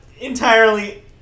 entirely